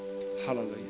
Hallelujah